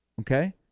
okay